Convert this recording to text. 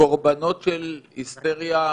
קורבנות של היסטריה פוליטית,